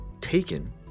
taken